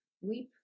weep